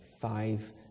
five